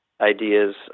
ideas